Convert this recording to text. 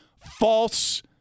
false